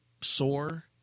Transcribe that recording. sore